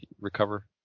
recover